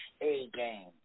A-Game